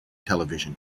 television